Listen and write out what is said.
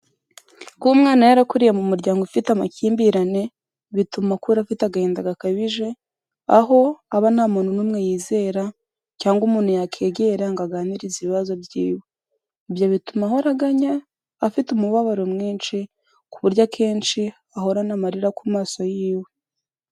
Kuba umwana yarakuriye mu muryango ufite amakimbirane bituma akura afite agahinda gakabije, aho aba nta muntu n'umwe yizera cyangwa umuntu yakegera ngo aganirize ibibazo byiwe. Ibyo bituma ahora aganya, afite umubabaro mwinshi, ku buryo akenshi ahorana amarira ku maso yiwe.